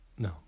No